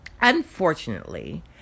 Unfortunately